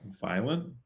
Violent